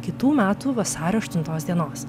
kitų metų vasario aštuntos dienos